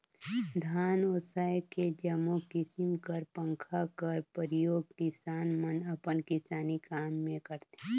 धान ओसाए के जम्मो किसिम कर पंखा कर परियोग किसान मन अपन किसानी काम मे करथे